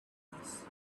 trees